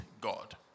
God